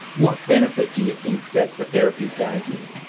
what benefit do you think that the therapies gave you?